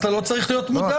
אז אתה לא צריך להיות מודאג,